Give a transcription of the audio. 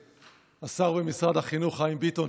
השר במשרד החינוך חיים ביטון,